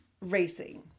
racing